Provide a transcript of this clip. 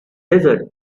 desert